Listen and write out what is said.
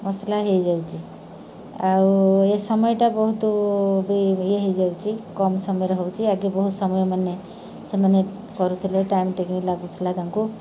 ମସଲା ହେଇଯାଉଛି ଆଉ ଏ ସମୟଟା ବହୁତ ବି ଇଏ ହେଇଯାଉଛି କମ୍ ସମୟରେ ହେଉଛି ଆଗେ ବହୁତ ସମୟ ମାନେ ସେମାନେ କରୁଥିଲେ ଟାଇମ୍ ଟେକିଙ୍ଗ୍ ଲାଗୁଥିଲା ତାଙ୍କୁ